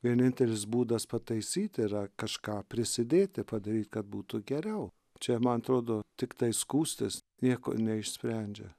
vienintelis būdas pataisyti yra kažką prisidėti padaryt kad būtų geriau čia man atrodo tiktai skųstis nieko neišsprendžia